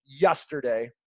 yesterday